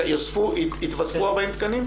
יתווספו 40 תקנים?